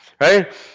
Right